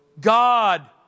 God